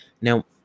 Now